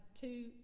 two